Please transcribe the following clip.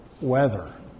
weather